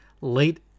late